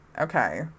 Okay